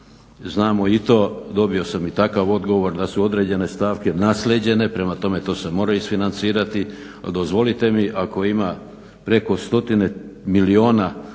znamo i to, dobio sam i takav odgovor da su određene stavke naslijeđene, prema tome to se mora isfinancirati, a dozvolite mi ako ima preko stotine milijuna za